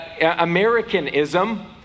Americanism